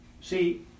See